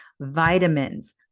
vitamins